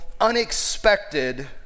unexpected